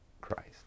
Christ